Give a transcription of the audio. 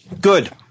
Good